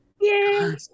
yay